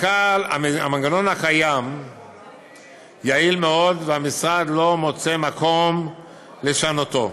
המנגנון הקיים יעיל מאוד והמשרד לא מוצא מקום לשנותו.